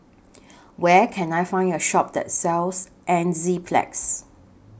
Where Can I Find A Shop that sells Enzyplex